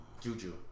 Juju